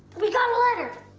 we got a letter!